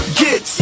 get